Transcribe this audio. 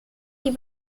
die